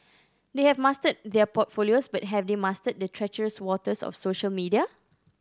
they have mastered their portfolios but have they mastered the treacherous waters of social media